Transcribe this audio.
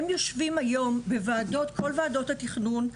הם יושבים היום בכל וועדות התכנון.